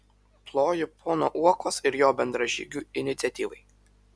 ploju pono uokos ir jo bendražygių iniciatyvai